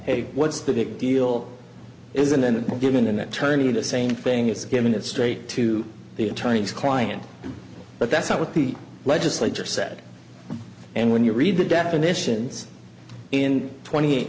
a what's the big deal is and then given an attorney the same thing it's given it straight to the attorney's client but that's not what the legislature said and when you read the definitions in twenty eight